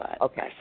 Okay